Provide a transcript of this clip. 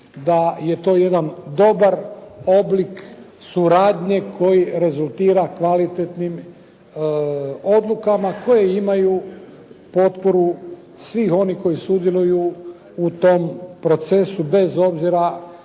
da je to jedan dobar oblik suradnje koji rezultira kvalitetnim odlukama koje imaju potporu svih onih koji sudjeluju u tom procesu bez obzira